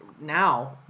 now